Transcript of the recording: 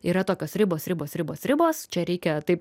yra tokios ribos ribos ribos ribos čia reikia taip